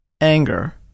anger